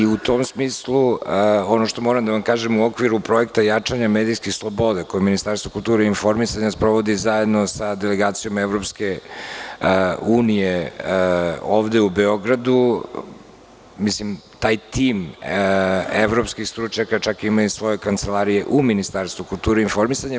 Ono što moram da vam kažem u okviru projekta jačanja medijskih sloboda, koje Ministarstvo kulture i informisanja sprovodi zajedno sa Delegacijom EU ovde u Beogradu, taj tim evropskih stručnjaka čak ima i svoje kancelarije u Ministarstvu kulture i informisanja.